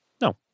No